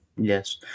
Yes